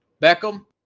Beckham